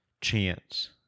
chance